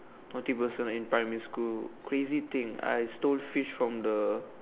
naughty person in primary school crazy thing I stole fish from the